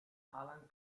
alan